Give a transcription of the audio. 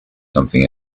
something